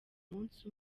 umunsi